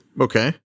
Okay